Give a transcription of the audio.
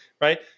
right